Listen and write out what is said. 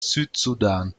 südsudan